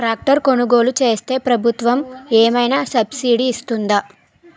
Tractor కొనుగోలు చేస్తే ప్రభుత్వం ఏమైనా సబ్సిడీ ఇస్తుందా?